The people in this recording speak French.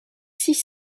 six